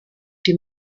die